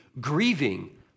grieving